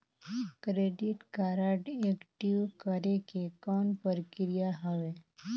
Credit card active करे के कौन प्रक्रिया हवे?